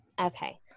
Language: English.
Okay